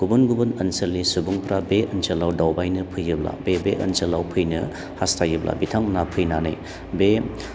गुबुन गुबुन ओनसोलनि सुबुंफ्रा बे ओनसोलाव दावबायनो फैयोब्ला बे बेओनसोलाव फैनो हास्थायोब्ला बिथांमोना फैनानै बे